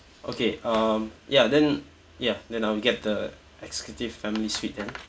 okay um ya then ya then I will get the executive family suite then